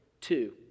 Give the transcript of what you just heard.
Two